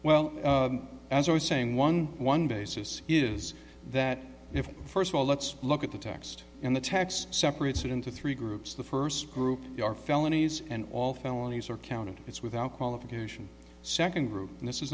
well as i was saying one one basis is that if first of all let's look at the text and the tax separates it into three groups the first group are felonies and all felonies are counted it's without qualification second group and this